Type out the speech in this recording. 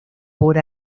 por